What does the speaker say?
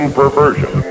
perversion